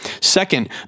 Second